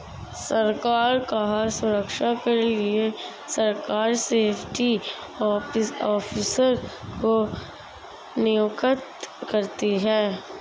सरकार खाद्य सुरक्षा के लिए सरकार सेफ्टी ऑफिसर को नियुक्त करती है